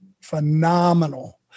Phenomenal